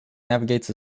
navigates